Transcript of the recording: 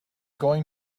going